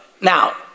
Now